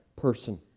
person